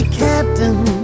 captain